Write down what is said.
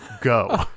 Go